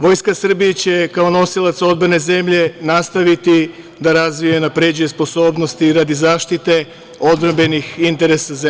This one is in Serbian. Vojska Srbije će kao nosilac odbrane zemlje nastaviti da razvija i unapređuje sposobnosti i radi zaštite odbrambenih interesa zemlje.